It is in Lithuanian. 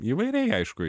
įvairiai aišku